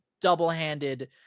double-handed